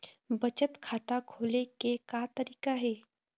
बचत खाता खोले के का तरीका हे?